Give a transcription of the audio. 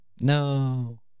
No